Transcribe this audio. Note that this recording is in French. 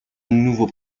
nouveaux